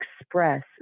express